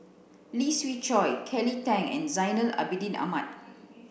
Lee Siew Choh Kelly Tang and Zainal Abidin Ahmad